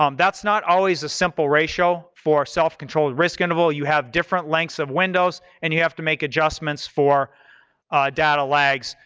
um that's not always a simple ratio for self-controlled risk interval, you have different lengths of windows and you have to make adjustments for data lags.